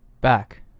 Back